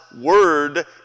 word